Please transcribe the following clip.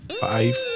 five